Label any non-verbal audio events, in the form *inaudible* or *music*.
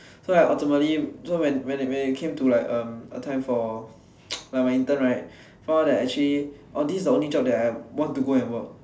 so I ultimately so when when it when it came to like um a time for *noise* like my intern right I found out that actually like this is the only job that like I want to go and work